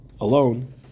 alone